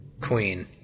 Queen